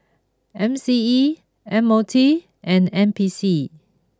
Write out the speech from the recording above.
M C E M O T and N P C